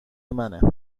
منه